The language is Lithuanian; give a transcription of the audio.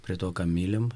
prie to ką mylim